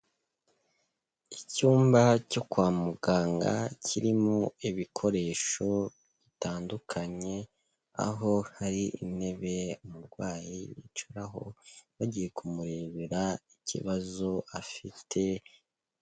Icyumba cyo kwa muganga, kirimo ibikoresho bitandukanye, aho hari intebe umurwayi yicaraho, bagiye kumurebera ikibazo afite.